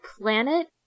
planet